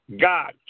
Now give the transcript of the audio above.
God